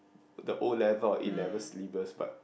the O-level or A-level syllabus but